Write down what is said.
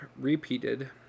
repeated